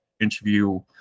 interview